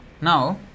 Now